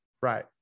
right